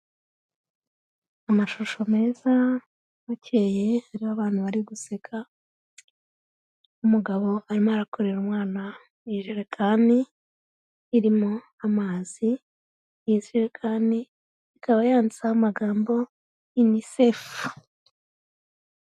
Amashusho meza akeye ariho abantu bari guseka, umugabo arimo arakorera umwana ijerekani irimo amazi, iyo jerekani ikaba yantseho amagambo UNICEF.